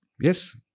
yes